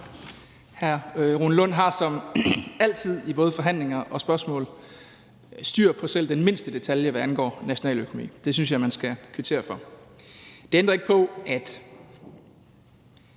Hr. Rune Lund har som altid i både forhandlinger og spørgsmål styr på selv den mindste detalje, hvad angår nationaløkonomi – det synes jeg man skal kvittere for. Det ændrer ikke på, at